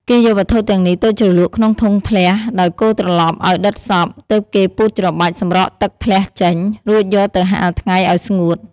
គេយកវត្ថុទាំំងនេះទៅជ្រលក់ក្នុងធុងធ្លះ ដោយកូរត្រឡប់ឱ្យដិតសព្វ ទើបគេពូតច្របាច់សម្រក់ទឹកធ្លះចេញ រួចយកទៅហាលថ្ងៃឱ្យស្ងួត។